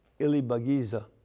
Ilibagiza